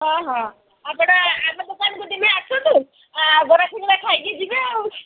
ହଁ ହଁ ଆପଣ ଆମ ଦୋକାନକୁ ଦିନେ ଆସନ୍ତୁ ବରା ସିଙ୍ଗଡ଼ା ଖାଇକି ଯିବେ ଆଉ